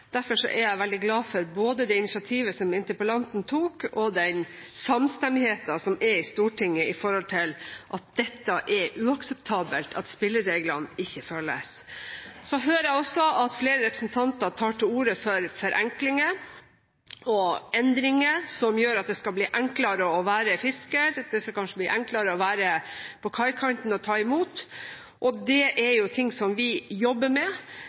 Derfor er jeg veldig glad for både det initiativet som interpellanten tok og den samstemmigheten som er i Stortinget med hensyn til at det er uakseptabelt at spillereglene ikke følges. Jeg hører også at flere representanter tar til orde for forenklinger og endringer som gjør at det skal bli enklere å være fisker. Det skal kanskje bli enklere å være på kaikanten og ta imot. Det er ting vi jobber med,